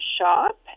shop